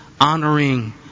honoring